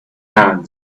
man